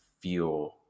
feel